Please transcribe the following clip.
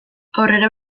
aurrera